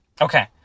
Okay